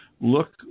look